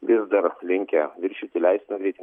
vis dar linkę viršyti leistiną greitį